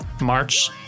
March